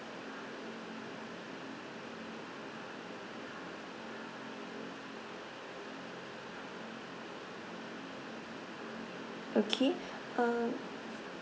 okay uh